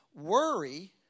Worry